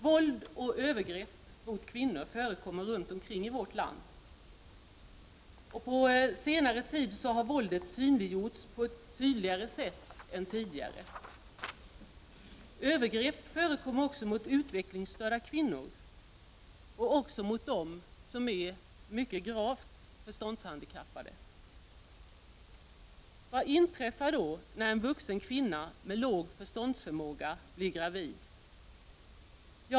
Våld och övergrepp mot kvinnor förekommer runt om i vårt land. På senare tid har våldet synliggjorts på ett tydligare sätt än tidigare. Övergrepp förekommer också mot utvecklingsstörda och gravt förståndshandikappade kvinnor. Vad inträffar när en vuxen kvinna med låg förståndsförmåga blir gravid?